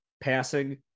passing